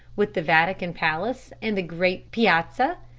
with the vatican palace and the great piazza,